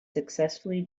successfully